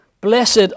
Blessed